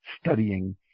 studying